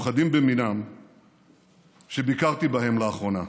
תודה רבה.